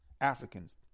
Africans